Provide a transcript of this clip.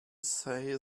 say